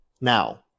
Now